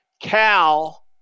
Cal